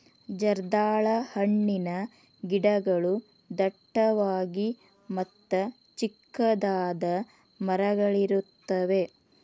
ಜರ್ದಾಳ ಹಣ್ಣಿನ ಗಿಡಗಳು ಡಟ್ಟವಾಗಿ ಮತ್ತ ಚಿಕ್ಕದಾದ ಮರಗಳಿರುತ್ತವೆ